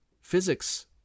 Physics